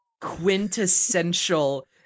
quintessential